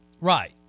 Right